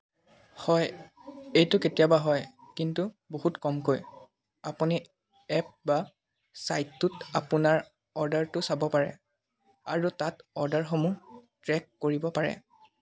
হয় এইটো কেতিয়াবা হয় কিন্তু বহুত কমকৈ আপুনি এপ বা ছাইটটোত আপোনাৰ অৰ্ডাৰটো চাব পাৰে আৰু তাত অৰ্ডাৰসমূহ ট্ৰেক কৰিব পাৰে